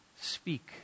Speak